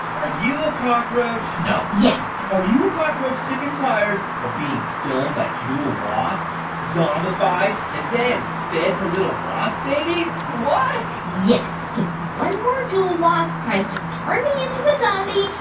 are you a cockroach? no yes are you a cockroach sick and tired of being stung by jewel wasps, zombified and then fed to little wasp babies? what? yes. if one more jewel wasp tries to turn me into a zombie,